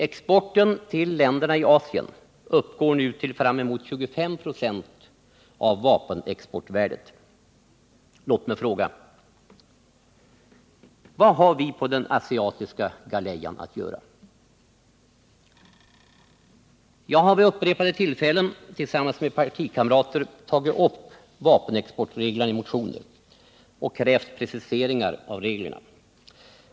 Exporten till länderna i Asien uppgår nu till ca 25 96 av vapenexportvärdet. Låt mig fråga: Vad har vi på den asiatiska galejan att göra? Jag har vid upprepade tillfällen tillsammans med partikamrater tagit upp vapenexportreglerna i motioner och krävt preciseringar av reglerna.